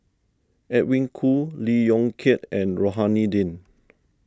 Edwin Koo Lee Yong Kiat and Rohani Din